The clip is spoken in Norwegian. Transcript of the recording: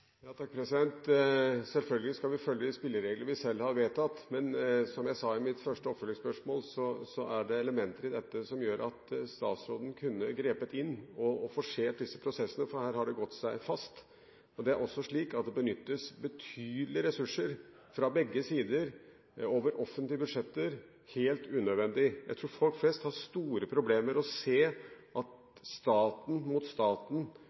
Selvfølgelig skal vi følge de spilleregler vi selv har vedtatt, men som jeg sa i mitt første oppfølgingsspørsmål, er det elementer i dette som gjør at statsråden kunne grepet inn og forsert disse prosessene, for her har det gått seg fast. Det er også slik at det fra begge sider benyttes betydelige ressurser over offentlige budsjetter – helt unødvendig. Jeg tror folk flest har store problemer med å se at staten mot staten